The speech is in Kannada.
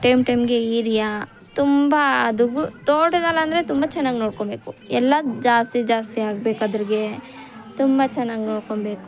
ಟೈಮ್ ಟೈಮ್ಗೆ ಈರಿಯ ತುಂಬ ಅದಕ್ಕು ತೋಟದಲ್ಲಂದ್ರೆ ತುಂಬ ಚೆನ್ನಾಗಿ ನೋಡ್ಕೊಳ್ಬೇಕು ಎಲ್ಲ ಜಾಸ್ತಿ ಜಾಸ್ತಿ ಆಗ್ಬೇಕಾದ್ರ್ಗೆ ತುಂಬ ಚೆನ್ನಾಗಿ ನೋಡ್ಕೊಳ್ಬೇಕು